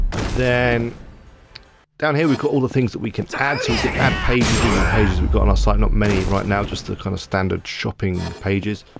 then down here we've got all the things that we can add, so we can add pages. these are the pages we've got on our site, not many right now, just the kind of standard shopping pages.